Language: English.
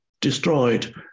destroyed